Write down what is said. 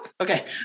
Okay